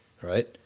right